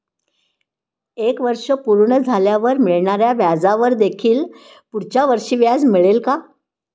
एक वर्ष पूर्ण झाल्यावर मिळणाऱ्या व्याजावर देखील पुढच्या वर्षी व्याज मिळेल का?